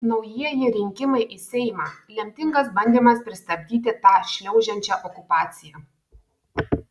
naujieji rinkimai į seimą lemtingas bandymas pristabdyti tą šliaužiančią okupaciją